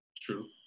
True